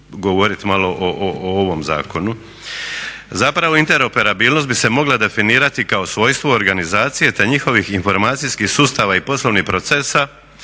malo o ovom zakonu. Zapravo interoperabilnost bi se mogla definirati kao svojstvo organizacije te njihovih informacijskih sustava i poslovnih procesa